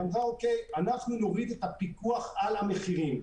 אמרה: אוקיי, אנחנו נוריד את הפיקוח על המחירים.